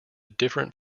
different